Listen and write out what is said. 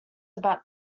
about